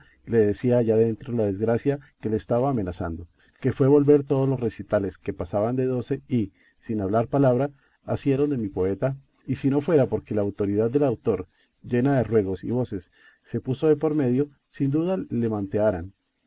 le decía allá dentro la desgracia que le estaba amenazando que fue volver todos los recitantes que pasaban de doce y sin hablar palabra asieron de mi poeta y si no fuera porque la autoridad del autor llena de ruegos y voces se puso de por medio sin duda